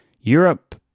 Europe